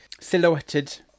silhouetted